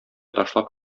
ташлап